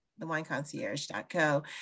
thewineconcierge.co